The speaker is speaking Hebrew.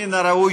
מן הראוי